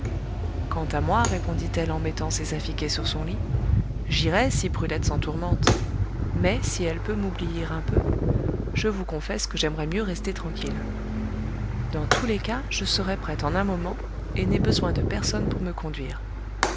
quant à moi répondit-elle en mettant ses affiquets sur son lit j'irai si brulette s'en tourmente mais si elle peut m'oublier un peu je vous confesse que j'aimerais mieux rester tranquille dans tous les cas je serai prête en un moment et n'ai besoin de personne pour me conduire